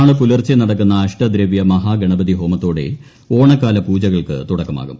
നാളെ പുലർച്ചെ നടക്കുന്ന അഷ്ടദ്രവൃ മഹാഗണപതി ഹോമത്തോടെ ഓണക്കാല പൂജകൾക്ക് തുടക്കമാകും